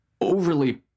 overly